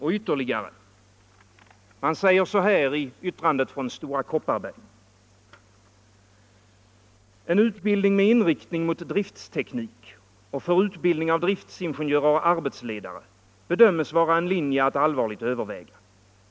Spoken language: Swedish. I yttrandet från Stora Kopparberg sägs det vidare: ”En sådan utbildning med inriktning mot driftsteknik och för utbildning av driftsingenjörer och arbetsledare bedömes vara en linje att allvarligt överväga.